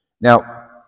Now